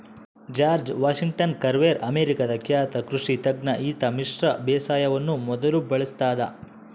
George Washington Carver ಅಮೇರಿಕಾದ ಖ್ಯಾತ ಕೃಷಿ ತಜ್ಞ ಈತ ಮಿಶ್ರ ಬೇಸಾಯವನ್ನು ಮೊದಲು ಬಳಸಿದಾತ